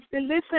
Listen